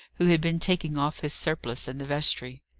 who had been taking off his surplice in the vestry.